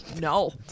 no